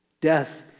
Death